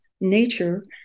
nature